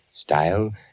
Style